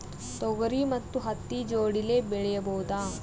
ತೊಗರಿ ಮತ್ತು ಹತ್ತಿ ಜೋಡಿಲೇ ಬೆಳೆಯಬಹುದಾ?